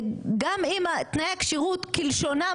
גם אם תנאי הכשירות כלשונם,